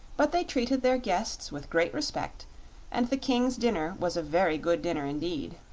but they treated their guests with great respect and the king's dinner was a very good dinner indeed.